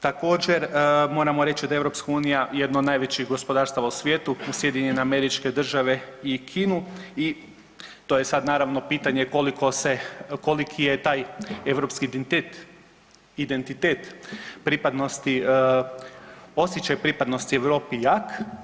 Također moramo reći da je EU jedno od najvećih gospodarstava u svijetu, uz SAD i Kinu i to je sad naravno pitanje koliko se, koliki je taj europski identitet, identitet pripadnosti, osjećaj pripadnosti Europi jak.